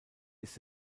ist